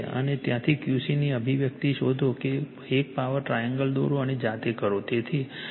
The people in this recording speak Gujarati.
અને ત્યાંથી Qc ની અભિવ્યક્તિ શોધો એક પાવર ટ્રાએંગલ દોરો અને જાતે કરો